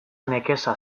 nekeza